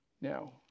Now